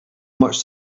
much